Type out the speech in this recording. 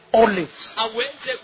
olives